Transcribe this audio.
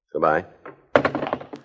Goodbye